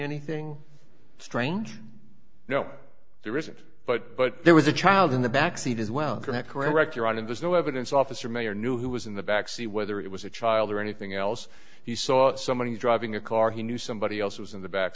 anything strange no there isn't but but there was a child in the back seat as well correct correct your honor there's no evidence officer mayor knew who was in the backseat whether it was a child or anything else he saw somebody driving a car he knew somebody else was in the back